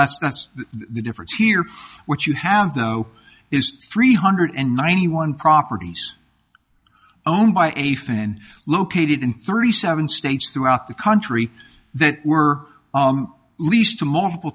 that's that's the difference here what you have though is three hundred and ninety one properties owned by a fan located in thirty seven states throughout the country that were leased to multiple